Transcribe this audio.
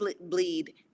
bleed